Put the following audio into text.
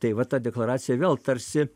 tai va ta deklaracija vėl tarsi